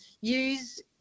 use